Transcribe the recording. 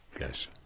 Yes